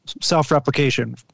self-replication